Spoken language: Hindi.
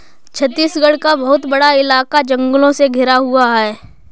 छत्तीसगढ़ का बहुत बड़ा इलाका जंगलों से घिरा हुआ है